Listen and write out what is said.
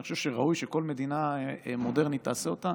שאני חושב שראוי שכל מדינה מודרנית תעשה אותה,